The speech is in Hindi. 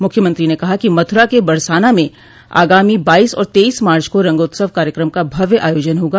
मुख्यमंत्री ने कहा कि मथुरा के बरसाना में आगामी बाईस और तेईस मार्च को रंगोत्सव कार्यकम का भव्य आयोजन होगा